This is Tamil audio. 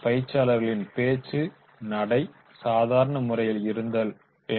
பயிற்சியாளர்களின் பேச்சு நடை சாதாரண முறையில் இருந்தல் வேண்டும்